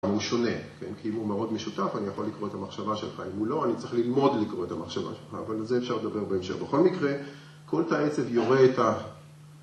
הוא שונה, כי אם הוא מאוד משותף, אני יכול לקרוא את המחשבה שלך, אם הוא לא, אני צריך ללמוד לקרוא את המחשבה שלך, אבל לזה אפשר לדבר בהמשך. בכל מקרה, כל תאי עצב יורה את ה...